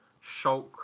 Shulk